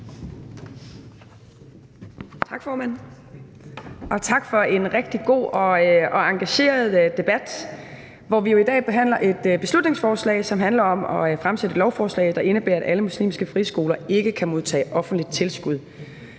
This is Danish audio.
tak for en rigtig god og engageret debat, hvor vi jo i dag behandler et beslutningsforslag, som handler om at fremsætte et lovforslag, der indebærer, at alle muslimske friskoler ikke kan modtage offentligt tilskud.